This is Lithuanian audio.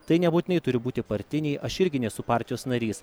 tai nebūtinai turi būti partiniai aš irgi nesu partijos narys